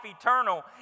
eternal